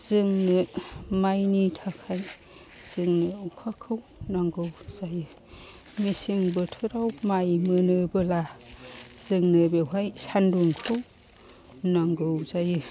जोंनो माइनि थाखाय जोंनो अखाखौ नांगौ जायो मेसें बोथोराव माइ मोनोब्ला जोंनो बेवहाय सान्दुंखौ नांगौ जायो